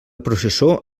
processó